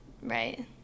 right